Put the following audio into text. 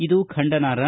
ಇದು ಖಂಡನಾರ್ಹ